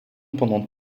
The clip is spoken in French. pendant